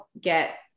get